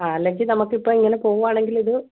ആ അല്ലെങ്കിൽ നമുക്ക് ഇപ്പം ഇങ്ങനെ പോവുകയാണെങ്കിൽ ഇത്